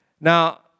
now